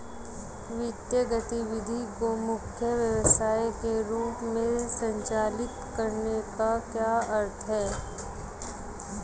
वित्तीय गतिविधि को मुख्य व्यवसाय के रूप में संचालित करने का क्या अर्थ है?